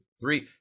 three